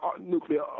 nuclear